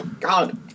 God